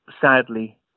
sadly